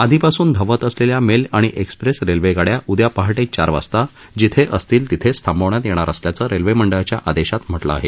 आधीपासून धावत असलेल्या मेल आणि एक्सप्रेस रेल्वेगाड़या उदया पहाटे चार वाजता जिथे असतील तिथेच थांबवण्यात येणार असल्याचं रेल्वे मंडळाच्या आदेशात म्हटलं आहे